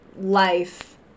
life